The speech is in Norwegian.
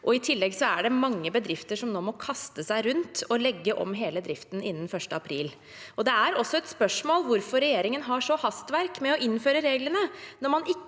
I tillegg er det mange bedrifter som nå må kaste seg rundt og legge om hele driften innen 1. april. Det er også et spørsmål hvorfor regjeringen har så hastverk med å innføre reglene når man ikke